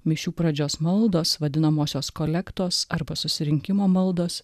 mišių pradžios maldos vadinamosios kolektos arba susirinkimo maldos